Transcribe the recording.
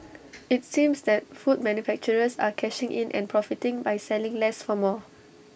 IT seems that food manufacturers are cashing in and profiting by selling less for more